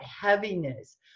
heaviness